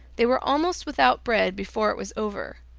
they were almost without bread before it was over.